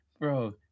bro